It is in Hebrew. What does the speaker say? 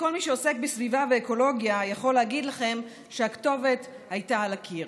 כל מי שעוסק בסביבה ואקולוגיה יכול להגיד לכם שהכתובת הייתה על הקיר.